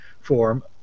form